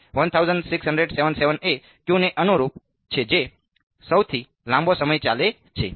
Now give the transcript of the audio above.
તેથી 1677 એ Q ને અનુરૂપ છે જે સૌથી લાંબો સમય ચાલે છે